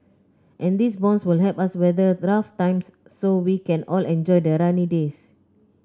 and these bonds will help us weather rough times so we can all enjoy the sunny days